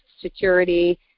security